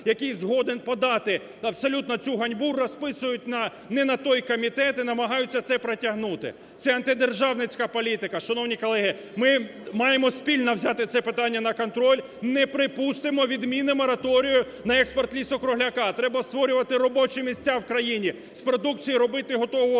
який згоден подати абсолютно цю ганьбу, розписують на не на той комітет і намагаються це протягнути, це антидержавницька політика. Шановні колеги, ми маємо спільно взяти це питання на контроль, не припустимо відміни мораторію на експорт ліса-кругляка. Треба створювати робочі місця в країні, з продукції робити готові